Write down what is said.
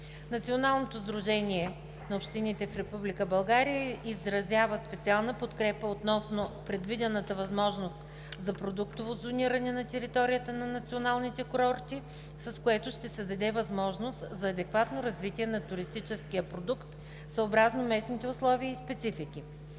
Националното сдружение на общините в Република България изразява специална подкрепа относно: предвидената възможност за продуктово зониране на територията на националните курорти, с което ще се даде възможност за адекватно развитие на туристическия продукт съобразно местните условия и специфики;